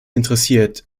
interessiert